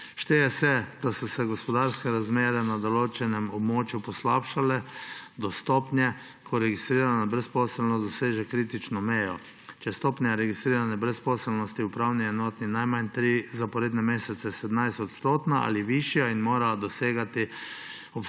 Šteje se, da so se gospodarske razmere na določenem območju poslabšale do stopnje, ko registrirana brezposelnost doseže kritično mejo, če je stopnja registrirane brezposelnosti v upravni enoti najmanj tri zaporedne mesece 17-odstotna ali višja in mora obsegati